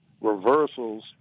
reversals